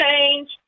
change